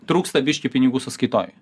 trūksta biškį pinigų sąskaitoj